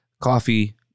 coffee